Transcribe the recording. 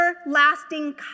everlasting